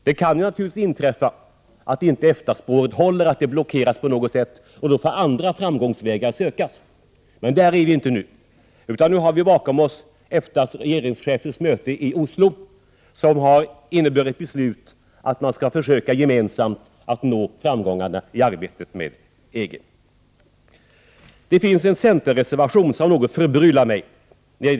Det kan naturligtvis hända att EFTA-spåret inte håller, att det blockeras på något sätt, och då får andra framgångsvägar sökas. Men där befinner vi oss inte nu. Vi har bakom oss EFTA:s regeringschefers möte i Oslo, där man fattade beslut om att gemensamt försöka nå framgångar i arbetet med EG. En centerreservation när det gäller EFTA förbryllar mig något.